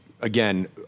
again